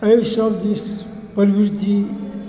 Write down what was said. एहि सब दिस प्रवृति